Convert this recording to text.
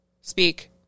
Speak